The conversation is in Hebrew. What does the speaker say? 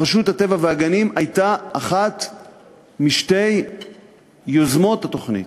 רשות הטבע והגנים הייתה אחת משתי יוזמות התוכנית.